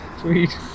sweet